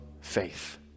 faith